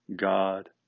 God